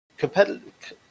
competitive